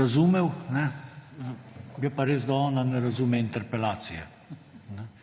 razumel, je pa res, da ona ne razume interpelacije.